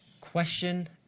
Question